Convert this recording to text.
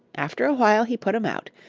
after a while he put em out,